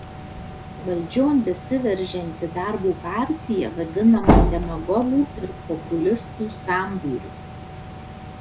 valdžion besiveržianti darbo partija vadinama demagogų ir populistų sambūriu